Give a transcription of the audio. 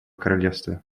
королевства